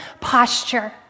posture